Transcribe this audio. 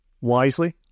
wisely